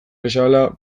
bezala